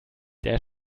der